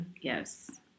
Yes